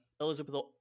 Elizabeth